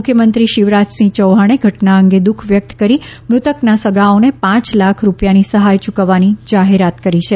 મુખ્યમંત્રી શિવરાજસિંહ યૌહાણે ઘટના અંગે દુખ વ્યક્ત કરી મૃતકના સગાઓને પાંચ લાખ રૂપિયાની સહાય યૂકવવાની જાહેરાત કરી છે